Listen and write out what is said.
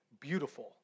beautiful